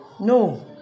No